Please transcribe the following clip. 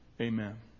Amen